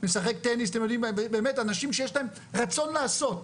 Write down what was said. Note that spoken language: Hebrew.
משחק טניס, ובאמת אנשים שיש להם רצון לעשות.